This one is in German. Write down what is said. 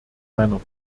meiner